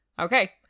Okay